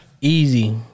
Easy